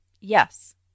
Yes